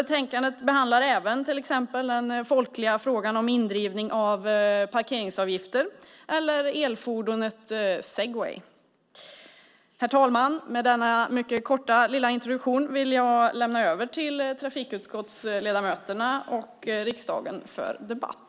Betänkandet behandlar även den folkliga frågan om indrivning av parkeringsavgifter och elfordonet Segway. Herr talman! Med denna mycket korta lilla introduktion vill jag lämna över betänkandet till trafikutskottets ledamöter och riksdagen för debatt.